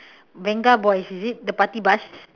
venga boys is it the party bus